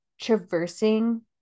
traversing